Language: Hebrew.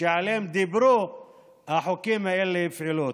שעליהן דיברו החוקים האלה יפעלו?